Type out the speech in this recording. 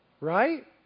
Right